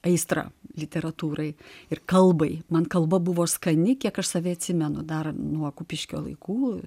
aistrą literatūrai ir kalbai man kalba buvo skani kiek aš save atsimenu dar nuo kupiškio laikų